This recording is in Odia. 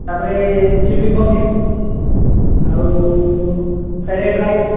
ତା'ପରେ ଚିଲି ପନିର୍ ଆଉ ଫ୍ରାଏଡ଼ ରାଇସ୍